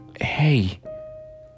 Hey